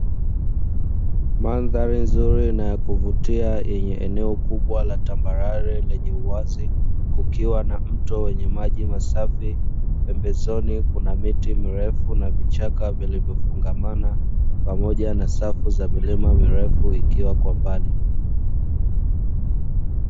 Mandhari nzuri na ya kuvutia, yenye eneo kubwa la tambarare lenye uwazi, kukiwa na mto wenye maji masafi pembezoni kuna miti mrefu na vichaka vilivyofungamana pamoja na safu za milima mirefu ikiwa kwa mbali.